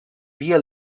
via